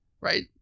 right